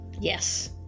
Yes